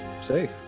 Safe